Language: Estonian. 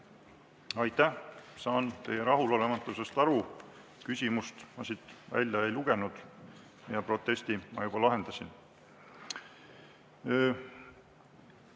Aitäh! Saan teie rahulolematusest aru. Küsimust ma siit välja ei lugenud ja protesti ma juba lahendasin.